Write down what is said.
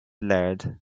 laird